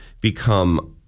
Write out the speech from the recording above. become